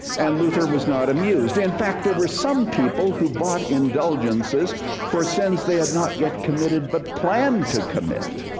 and luther was not amused. in and fact, there were some people who bought indulgences for sins they had not yet committed but planned to commit.